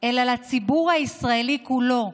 אלא לציבור הישראלי כולו,